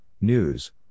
news